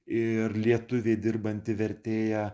ir lietuvė dirbanti vertėja